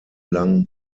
lang